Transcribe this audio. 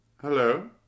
Hello